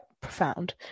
profound